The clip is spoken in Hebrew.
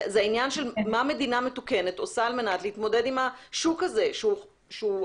זה עניין של מה מדינה מתוקנת עושה על מנת להתמודד עם השוק הזה שהוא גדול